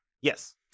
Yes